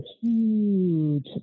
huge